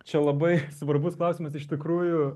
čia labai svarbus klausimas iš tikrųjų